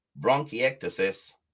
bronchiectasis